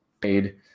paid